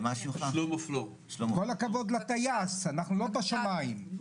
כל הכבוד לטייס, אנחנו לא בשמיים.